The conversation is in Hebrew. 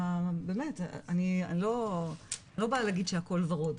באמת אני לא באה להגיד שהכול ורוד,